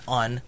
on